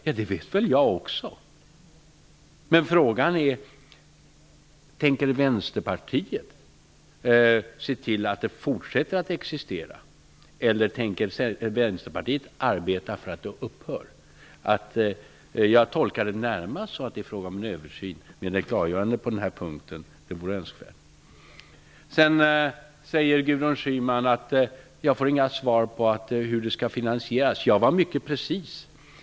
Ja, det väl jag också, men frågan är: Tänker Vänsterpartiet se till att avtalet fortsätter att existera, eller tänker Vänsterpartiet arbeta för att det skall upphöra? Jag tolkar det närmast så, att det är fråga om en översyn, men ett klargörande på den punkten vore önskvärt. Gudrun Schyman sade att hon inte fick svar på frågan hur det hela skall finansieras. Jag uttryckte mig mycket precist.